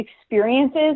experiences